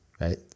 right